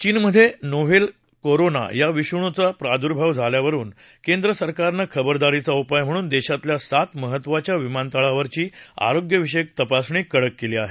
चीनमधे novel corona या विषाणूचा प्रादुर्भाव झाल्यावरुन केंद्र सरकारनं खबरदारीचा उपाय म्हणून देशातल्या सात महत्त्वाच्या विमातळावरची आरोग्यविषयक तपासणी कडक केली आहे